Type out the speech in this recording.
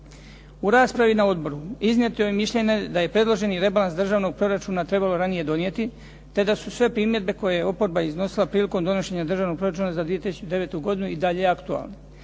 U raspravi na odboru iznijeto je mišljenje da je predloženi Rebalans državnog proračuna trebalo ranije donijeti te da su sve primjedbe koje je oporba iznosila prilikom donošenja Državnog proračuna za 2009. godinu i dalje aktualne.